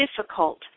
difficult